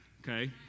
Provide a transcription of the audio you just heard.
Okay